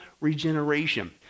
regeneration